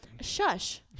shush